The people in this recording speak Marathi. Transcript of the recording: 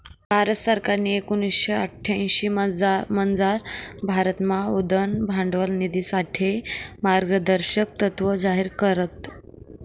भारत सरकारनी एकोणीशे अठ्यांशीमझार भारतमा उद्यम भांडवल निधीसाठे मार्गदर्शक तत्त्व जाहीर करात